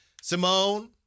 Simone